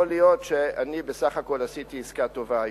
יכול להיות שאני בסך הכול עשיתי עסקה טובה היום.